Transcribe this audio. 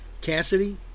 Cassidy